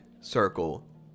circle